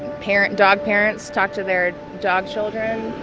parent dog parents talk to their dog children.